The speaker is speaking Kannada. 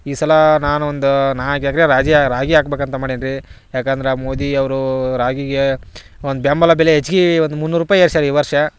ಈ ಸಲ ನಾನೊಂದು ನಾಲ್ಕು ಎಕರೆ ರಾಜಿ ರಾಗಿ ಹಾಕ್ಬೇಕಂತ ಮಾಡೀನಿ ರೀ ಯಾಕಂದ್ರೆ ಮೋದಿಯವರೂ ರಾಗಿಗೆ ಒಂದು ಬೆಂಬಲ ಬೆಲೆ ಹೆಚ್ಗೆ ಒಂದು ಮುನ್ನೂರು ರೂಪಾಯಿ ಏರ್ಸ್ಯಾರ ಈ ವರ್ಷ